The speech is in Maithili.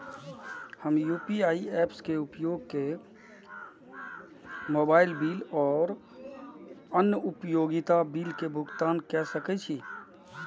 हम यू.पी.आई ऐप्स के उपयोग केर के मोबाइल बिल और अन्य उपयोगिता बिल के भुगतान केर सके छी